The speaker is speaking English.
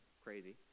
crazy